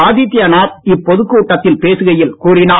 ஆதித்யநாத் இப்பொதுக்கூட்டத்தில் பேசுகையில் கூறினார்